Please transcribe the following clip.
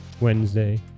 Wednesday